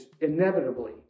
inevitably